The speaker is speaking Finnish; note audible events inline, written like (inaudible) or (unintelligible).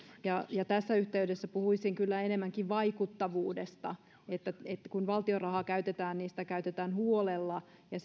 tässä yhteydessä puhuisin kyllä enemmänkin vaikuttavuudesta että kun valtion rahaa käytetään niin sitä käytetään huolella ja (unintelligible)